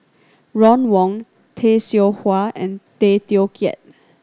Ron Wong Tay Seow Huah and Tay Teow Kiat